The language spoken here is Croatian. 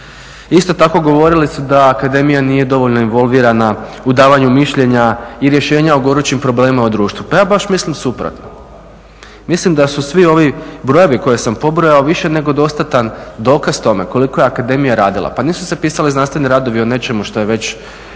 Isto tako govorili su da akademija nije dovoljno involvirana u davanju mišljenja i rješenja o gorućim problemima u društvu. Pa ja baš mislim suprotno. Mislim da su svi ovi brojevi koje sam pobrojao više nego dostatan dokaz tome koliko je akademija radila. Pa nisu se pisali znanstveni radovi o nečemu što je već